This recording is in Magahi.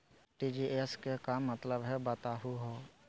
आर.टी.जी.एस के का मतलब हई, बताहु हो?